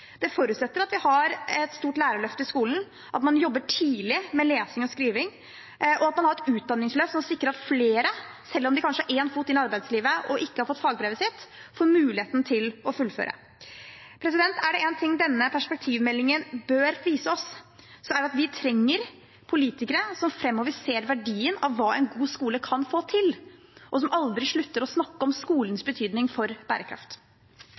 Det forutsetter at vi har et stort lærerløft i skolen, at man jobber tidlig med lesing og skriving, og at man har et utdanningsløp som sikrer at flere, selv om de kanskje har én fot inne i arbeidslivet og ikke har fått fagbrevet sitt, får muligheten til å fullføre. Er det én ting denne perspektivmeldingen bør vise oss, er det at vi trenger politikere som framover ser verdien av hva en god skole kan få til, og som aldri slutter å snakke om skolens betydning for bærekraft.